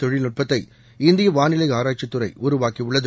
தொழில்நுட்பத்தை இந்திய வானிலை ஆராய்ச்சித்துறை உருவாக்கியுள்ளது